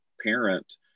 parent